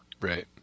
Right